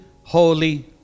holy